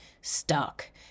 stuck